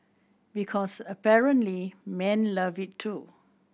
because apparently men love it too